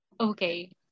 Okay